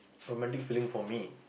romantic feeling for me